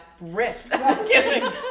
wrist